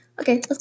okay